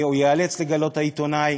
העיתונאי, או ייאלץ לגלות העיתונאי,